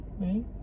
right